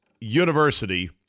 University